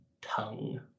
tongue